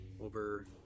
over